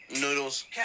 noodles